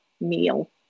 meal